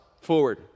forward